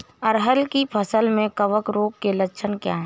अरहर की फसल में कवक रोग के लक्षण क्या है?